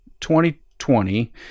2020